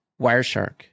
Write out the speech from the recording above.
Wireshark